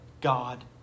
God